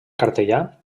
cartellà